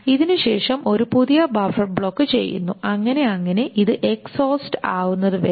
ഇതിനുശേഷം ഒരു പുതിയ ബഫർ ബ്ലോക്ക് ചെയ്യുന്നു അങ്ങനെ അങ്ങനെ ഇത് എക്സ്ഹോസ്റ്റ് ആവുന്നത് വരെ